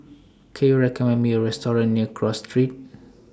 Can YOU recommend Me A Restaurant near Cross Street